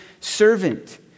servant